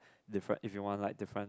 different if you want like different